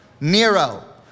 Nero